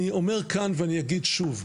אני אומר כאן ואני אגיד שוב,